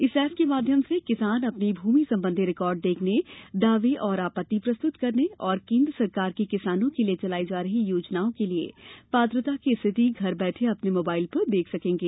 इस एप के माध्यम से किसान अपनी भूमि संबंधी रिकॉर्ड देखने दावे और आपत्ति प्रस्तुत करने और केन्द्र सरकार की किसानों के लिए चलाई जा रही योजनाओं के लिए पात्रता की स्थिति घर बैठे अपने मोबाईल पर देख सकेगे